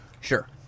Sure